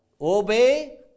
obey